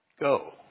go